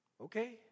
okay